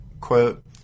quote